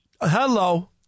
Hello